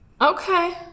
Okay